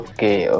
Okay